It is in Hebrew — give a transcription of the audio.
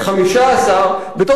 בתוך ועדה מייעצת,